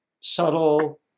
subtle